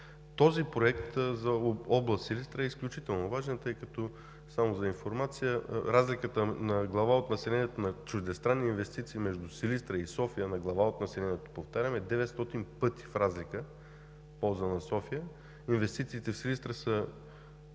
Този проект за област Силистра е изключително важен. Само за информация, разликата на глава от населението на чуждестранни инвестиции между Силистра и София, на глава от населението, повтарям, е деветстотин пъти в полза на София. Инвестициите в Силистра са